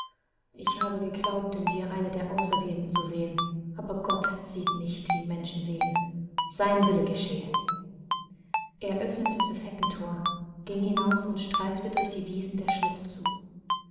ich habe geglaubt in dir eine der auserwählten zu sehen aber gott sieht nicht wie menschen sehen sein wille geschehe er öffnete das heckenthor ging hinaus und streifte durch die wiesen der schlucht zu